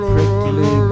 Prickly